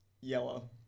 Yellow